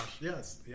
Yes